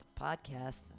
podcast